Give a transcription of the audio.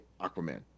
Aquaman